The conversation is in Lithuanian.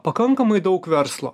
pakankamai daug verslo